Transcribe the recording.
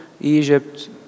Egypt